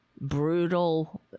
brutal